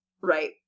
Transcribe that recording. right